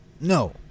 No